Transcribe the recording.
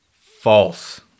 False